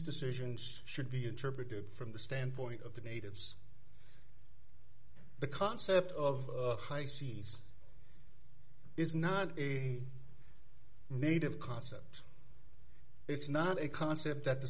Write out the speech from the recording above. decisions should be interpreted from the standpoint of the natives the concept of high seas is not a made up concept it's not a concept that the